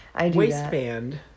waistband